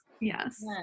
Yes